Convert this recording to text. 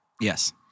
Yes